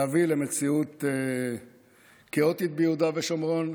להביא למציאות כאוטית ביהודה ושומרון,